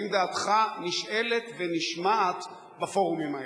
האם דעתך נשאלת ונשמעת בפורומים האלה?